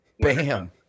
Bam